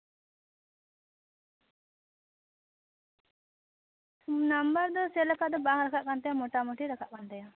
number ᱫᱚ ᱥᱮᱨᱚᱠᱚᱢ ᱫᱚ ᱵᱟᱝ ᱨᱟᱠᱟᱵ ᱠᱟᱱ ᱛᱟᱭᱟ ᱢᱚᱴᱟᱢᱩᱴᱤ ᱨᱟᱠᱟᱵ ᱠᱟᱱ ᱛᱟᱭᱟ